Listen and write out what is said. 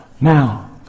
Now